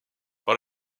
par